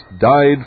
died